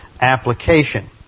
application